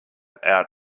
out